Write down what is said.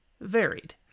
varied